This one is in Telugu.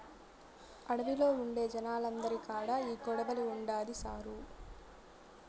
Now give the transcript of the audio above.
అడవిలో ఉండే జనాలందరి కాడా ఈ కొడవలి ఉండాది సారూ